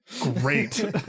great